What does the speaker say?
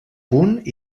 punt